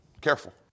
Careful